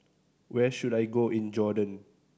where should I go in Jordan